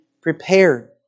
prepared